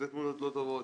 יוצאות תמונות לא טובות,